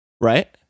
right